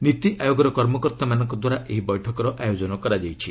ନୀତି ଆୟୋଗର କର୍ମକର୍ତ୍ତାମାନଙ୍କ ଦ୍ୱାରା ଏହି ବୈଠକର ଆୟୋଜନ କରାଯାଇଛି